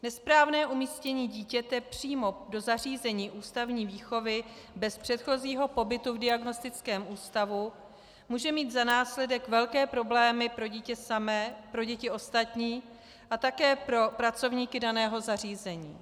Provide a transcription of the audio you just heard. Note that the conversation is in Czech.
Nesprávné umístění dítěte přímo do zařízení ústavní výchovy bez předchozího pobytu v diagnostickém ústavu může mít za následek velké problémy pro dítě samé, pro děti ostatní a také pro pracovníky daného zařízení.